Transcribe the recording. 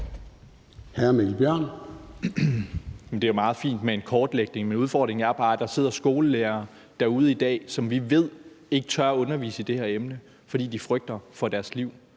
Det er jo meget fint med en kortlægning. Men udfordringen er jo bare, at der sidder skolelærere derude i dag, som vi ved ikke tør undervise i det her emne, fordi de frygter for deres liv.